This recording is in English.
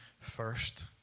First